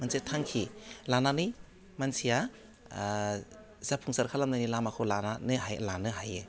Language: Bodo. मोनसे थांखि लानानै मानसिया आह साफुंसार खालामनायनि लामाखौ लानानै लानो हायो